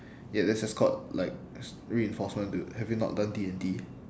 ya that's just called like s~ reinforcement dude have you not done D&T